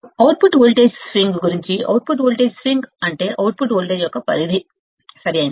output voltage swing గురించి output voltage swing అంటే output voltage యొక్క రేంజ్ రైట్